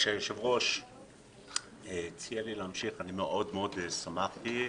כשהיושב-ראש הציע לי להמשיך מאוד שמחתי.